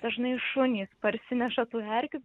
dažnai šunys parsineša tų erkių